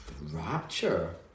Rapture